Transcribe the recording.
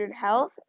health